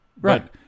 right